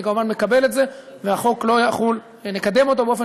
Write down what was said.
אני כמובן מקבל את זה ונקדם את החוק באופן